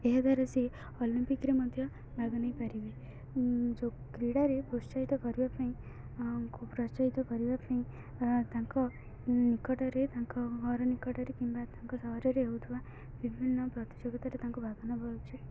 ଏହାଦ୍ୱାରା ସିଏ ଅଲିମ୍ପିକରେ ମଧ୍ୟ ଭାଗ ନେଇ ପାରିବେ ଯୋଉ କ୍ରୀଡ଼ାରେ ପ୍ରୋତ୍ସାହିତ କରିବା ପାଇଁ ପ୍ରୋତ୍ସାହିତ କରିବା ପାଇଁ ତାଙ୍କ ନିକଟରେ ତାଙ୍କ ଘର ନିକଟରେ କିମ୍ବା ତାଙ୍କ ସହରରେ ହେଉଥିବା ବିଭିନ୍ନ ପ୍ରତିଯୋଗିତାରେ ତାଙ୍କୁ ଭାଗନବା ଉଚିତ୍